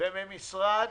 וממשרד